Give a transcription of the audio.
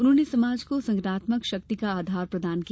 उन्होंने समाज को संगठनात्मक शक्ति का आधार प्रदान किया